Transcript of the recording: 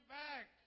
back